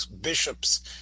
bishops